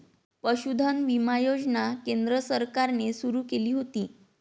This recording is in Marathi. पशुधन विमा योजना केंद्र सरकारने सुरू केली होती